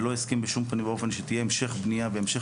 ולא הסכים בשום פנים ואופן שיהיה המשך בנייה והמשך